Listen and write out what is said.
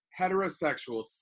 heterosexual